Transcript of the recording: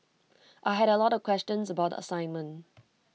I had A lot of questions about assignment